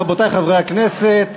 רבותי חברי הכנסת,